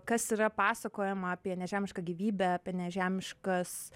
kas yra pasakojama apie nežemišką gyvybę apie nežemiškas